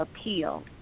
appeal